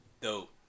dope